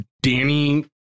Danny